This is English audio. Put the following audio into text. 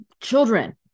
children